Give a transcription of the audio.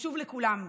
חשוב לכולם.